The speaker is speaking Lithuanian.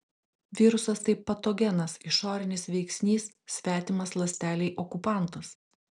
virusas tai patogenas išorinis veiksnys svetimas ląstelei okupantas